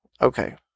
Okay